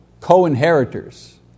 co-inheritors